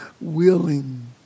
willing